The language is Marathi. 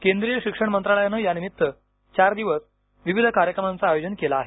केंद्रीय शिक्षण मंत्रालयानं या निमित्त चार दिवस विविध कार्यक्रमांचं आयोजन केलं आहे